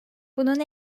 bunun